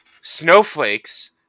snowflakes